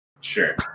Sure